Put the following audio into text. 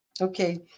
Okay